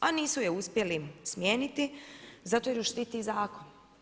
A nisu je uspjeli smijeniti zato jer ju štiti zakon.